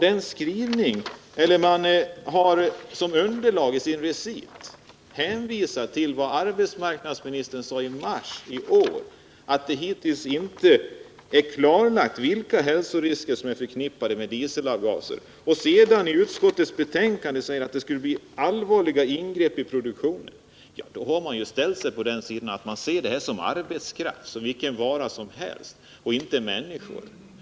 I sin recit hänvisar utskottet till vad arbetsmarknadsministern sade i mars i år — att det hittills inte är klarlagt vilka hälsorisker som är förknippade med dieselavgaserna. I utskottsbetänkandet heter det sedan att ett förbud mot dieseldrivna fordon skulle medföra allvarliga ingrepp i produktionen. I och med det uttalandet har utskottet visat att man ser arbetskraft som vilken vara som helst och inte som människor.